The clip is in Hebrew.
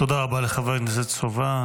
תודה רבה לחבר הכנסת סובה.